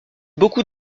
beaucoup